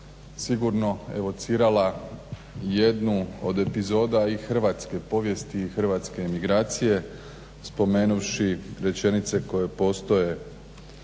sigurno evocirala jednu od epizoda i hrvatske povijesti i hrvatske emigracije spomenuvši rečenice koje postoje